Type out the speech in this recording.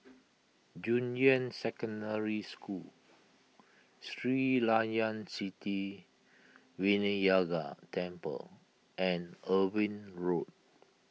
Junyuan Secondary School Sri Layan Sithi Vinayagar Temple and Irving Road